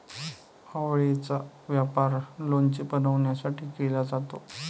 आवळेचा वापर लोणचे बनवण्यासाठी केला जातो